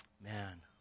Man